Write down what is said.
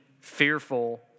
fearful